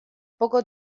poco